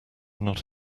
not